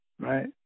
right